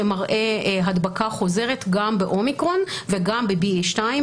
שמראה הדבקה חוזרת גם באומיקרון וגם ב-BA2,